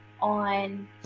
on